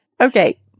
Okay